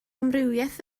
amrywiaeth